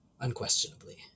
Unquestionably